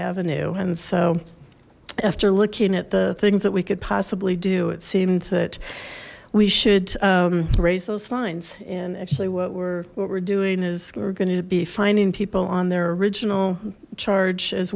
avenue and so after looking at the things that we could possibly do it seems that we should raise those fines and actually what we're what we're doing is we're going to be finding people on their original charge as